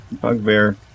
bugbear